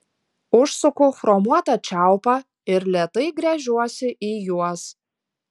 užsuku chromuotą čiaupą ir lėtai gręžiuosi į juos